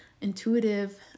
intuitive